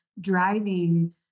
driving